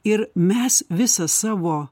ir mes visą savo